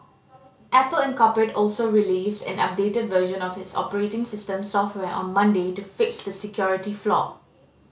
Apple Incorporate also released an updated version of its operating system software on Monday to fix the security flaw